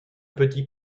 petit